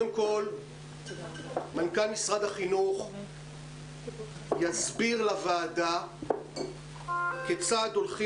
מנכ"ל משרד החינוך יסביר לוועדה כיצד יחזרו